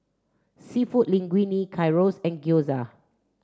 Seafood Linguine Gyros and Gyoza